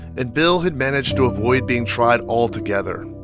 and bill had managed to avoid being tried altogether,